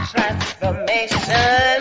Transformation